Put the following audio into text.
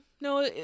no